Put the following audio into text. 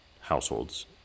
households